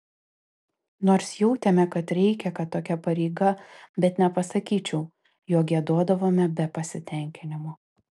nors jautėme kad reikia kad tokia pareiga bet nepasakyčiau jog giedodavome be pasitenkinimo